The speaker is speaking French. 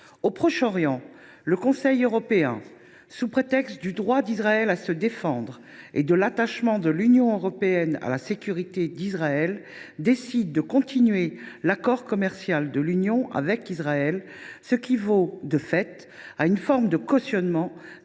le Proche Orient, le Conseil européen, sous prétexte du « droit d’Israël à se défendre » et de « l’attachement de l’Union européenne à la sécurité d’Israël », décide de maintenir l’accord commercial de l’Union européenne avec Israël, ce qui équivaut de fait à une forme de cautionnement